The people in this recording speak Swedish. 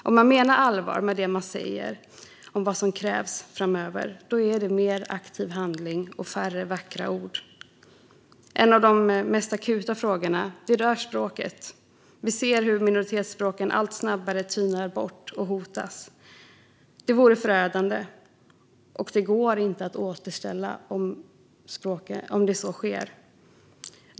Om man menar allvar med det man säger är det mer av aktiv handling och färre vackra ord som krävs framöver. En av de mest akuta frågorna rör språket. Vi ser hur minoritetsspråken allt snabbare tynar bort och hotas. Det vore förödande, och det går inte att återställa om så sker.